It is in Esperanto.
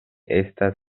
ekas